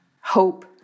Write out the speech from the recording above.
hope